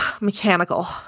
Mechanical